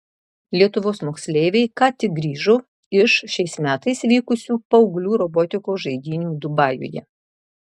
lietuvos moksleiviai ką tik grįžo iš šiais metais vykusių paauglių robotikos žaidynių dubajuje